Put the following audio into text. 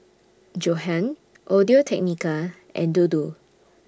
Johan Audio Technica and Dodo